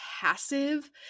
passive